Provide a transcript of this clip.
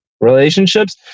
relationships